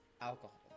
alcohol